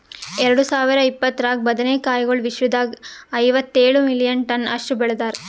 ಎರಡು ಸಾವಿರ ಇಪ್ಪತ್ತರಾಗ ಬದನೆ ಕಾಯಿಗೊಳ್ ವಿಶ್ವದಾಗ್ ಐವತ್ತೇಳು ಮಿಲಿಯನ್ ಟನ್ಸ್ ಅಷ್ಟು ಬೆಳದಾರ್